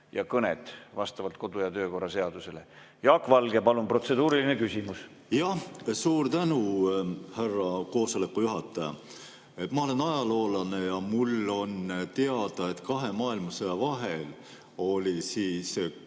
Valge, palun! Protseduuriline küsimus.